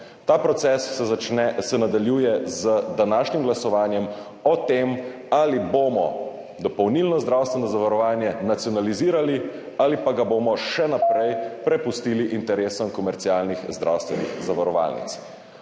Ta proces se nadaljuje z današnjim glasovanjem o tem, ali bomo dopolnilno zdravstveno zavarovanje nacionalizirali ali pa ga bomo še naprej prepustili interesom komercialnih zdravstvenih zavarovalnic.